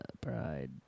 pride